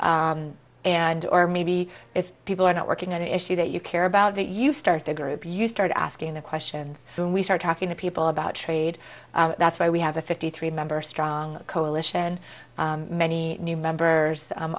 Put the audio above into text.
and or maybe if people are not working on an issue that you care about that you start the group you start asking the questions when we start talking to people about trade that's why we have a fifty three member strong coalition many new members